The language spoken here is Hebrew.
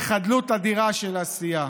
בחדלות אדירה של עשייה,